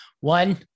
One